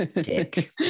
dick